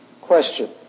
question